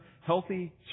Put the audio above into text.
healthy